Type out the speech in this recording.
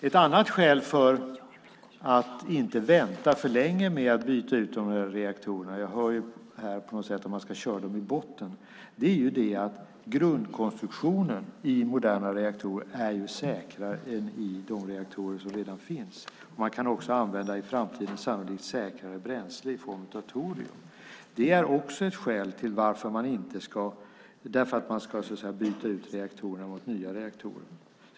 Ett annat skäl för att inte vänta för länge med att byta ut dessa reaktorer - jag hör här på något sätt att man ska köra dem i botten - är att grundkonstruktionen i moderna reaktorer är säkrare än i de reaktorer som redan finns. Man kan också i framtiden sannolikt använda säkrare bränsle i form av torium. Det är också ett skäl till varför man ska byta ut reaktorerna mot nya reaktorer.